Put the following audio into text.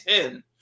Ten